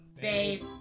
Babe